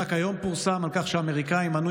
רק היום פורסם על כך שהאמריקאים מנעו